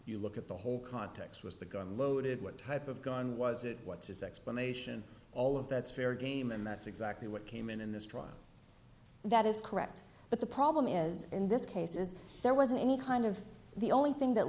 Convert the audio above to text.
you look at the whole context was the gun loaded what type of gun was it what's his explanation all of that's fair game and that's exactly what came in in this trial that is correct but the problem is in this case is there wasn't any kind of the only thing that